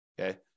Okay